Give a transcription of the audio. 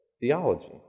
theology